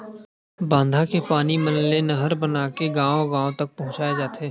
बांधा के पानी मन ले नहर बनाके गाँव गाँव तक पहुचाए जाथे